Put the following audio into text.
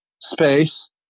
space